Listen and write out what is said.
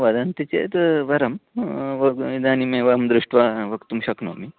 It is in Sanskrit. वदन्ति चेत् वरं वा इदानीमेव अहं दृष्ट्वा वक्तुं शक्नोमि